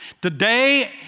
Today